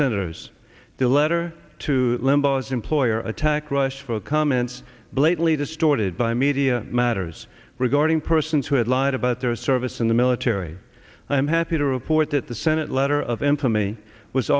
senators their letter to limbaugh's employer attacked rush for comments blatantly distorted by media matters regarding persons who had lied about their service in the military i'm happy to report that the senate letter of